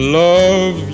love